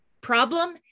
problem